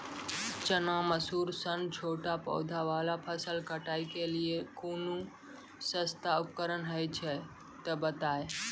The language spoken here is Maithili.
चना, मसूर सन छोट पौधा वाला फसल कटाई के लेल कूनू सस्ता उपकरण हे छै तऽ बताऊ?